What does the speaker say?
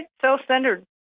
self-centered